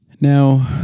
Now